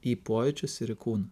į pojūčius ir į kūną